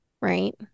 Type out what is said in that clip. right